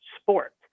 sport